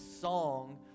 song